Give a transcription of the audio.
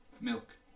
Milk